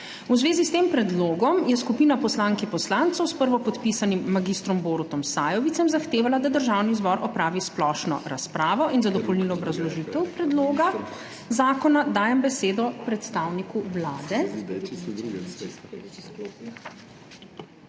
V zvezi s tem predlogom je skupina poslank in poslancev, s prvopodpisanim mag. Borutom Sajovicem zahtevala, da Državni zbor opravi splošno razpravo in za dopolnilno obrazložitev predloga zakona dajem besedo predstavniku Vlade.